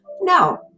No